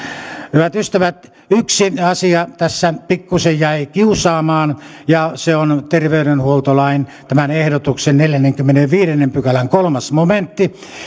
hyvät ystävät yksi asia tässä pikkuisen jäi kiusaamaan ja se on on terveydenhuoltolain tämän ehdotuksen neljännenkymmenennenviidennen pykälän kolmas momentti